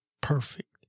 perfect